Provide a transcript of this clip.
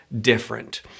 different